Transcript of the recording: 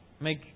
Make